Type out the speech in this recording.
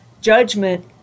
judgment